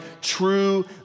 true